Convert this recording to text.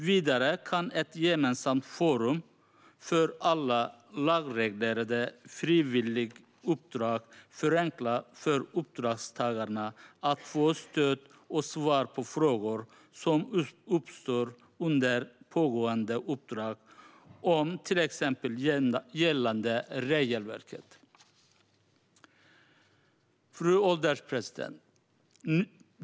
Vidare kan ett gemensamt forum för alla lagreglerade frivilliguppdrag förenkla för uppdragstagarna att få stöd och svar på frågor som uppstår under pågående uppdrag, till exempel gällande regelverket. Fru ålderspresident!